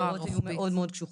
והזכויות יהיו מאוד מאוד קשוחות.